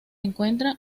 encuentra